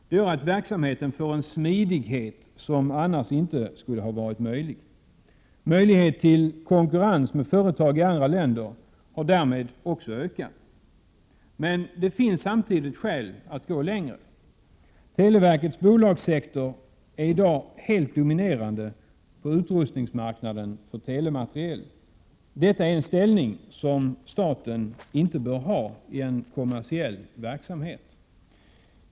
Det gör att verksamheten får en smidighet som annars inte skulle ha varit möjlig. Möjligheten till konkurrens med företag i andra länder har därmed ökat. Men det finns samtidigt skäl att gå längre. Televerkets bolagssektor är i dag helt dominerande på utrustningsmarknaden för telemateriel. Detta är en ställning som staten inte bör ha i en kommersiell verksamhet.